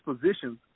positions